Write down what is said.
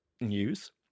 news